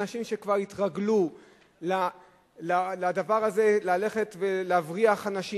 אנשים שכבר התרגלו לדבר הזה, ללכת ולהבריח אנשים.